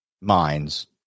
minds